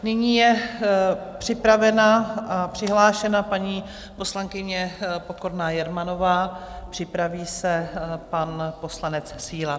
Nyní je připravena a přihlášena paní poslankyně Pokorná Jermanová, připraví se pan poslanec Síla.